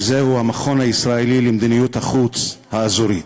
המכון הישראלי למדיניות-חוץ אזורית.